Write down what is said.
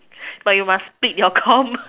but you must speak your common